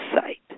site